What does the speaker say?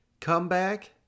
comeback